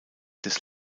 des